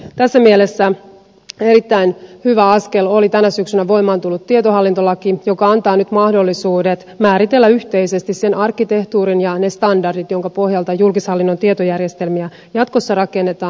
tässä mielessä erittäin hyvä askel oli tänä syksynä voimaan tullut tietohallintolaki joka antaa nyt mahdollisuudet määritellä yhteisesti sen arkkitehtuurin ja ne standardit joiden pohjalta julkishallinnon tietojärjestelmiä jatkossa rakennetaan